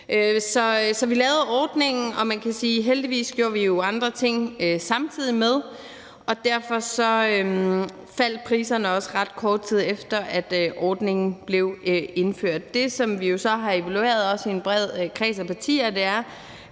Så vi lavede ordningen, og man kan sige, at heldigvis gjorde vi jo andre ting samtidig med det, og derfor faldt priserne også, ret kort tid efter at ordningen blev indført. Det, vi så har evalueret i en bred kreds af partier, er,